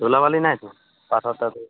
ধুলো বালি নাই তো পাথর টাথর